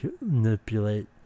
manipulate